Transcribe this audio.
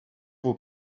vos